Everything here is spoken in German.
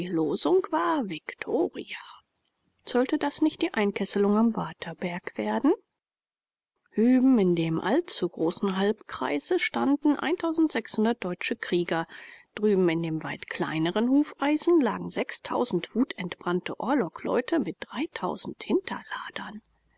losung war viktoria sollte das nicht die einkesselung am waterberg werden hüben in dem allzu großen halbkreise standen deutsche krieger drüben in dem weit kleineren hufeisen lagen wutentbrannte orlogleute mit hinterladern